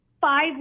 five